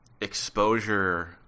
exposure